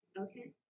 Okay